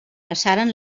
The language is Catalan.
passaren